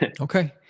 Okay